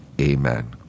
Amen